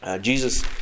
Jesus